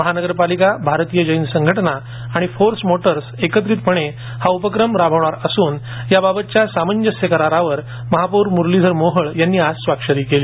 महापालिका भारतीय जैन संघटना आणि फोर्स मोटर्स एकत्रितपणे हा उपक्रम राबवणार असून याबाबतच्या सामंजस्य करारावर महापौर मुरलीधर मोहोळ यांनी आज स्वाक्षरी केली